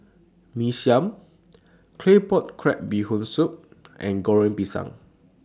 Mee Siam Claypot Crab Bee Hoon Soup and Goreng Pisang